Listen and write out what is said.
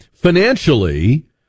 Financially